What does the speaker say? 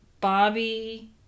Bobby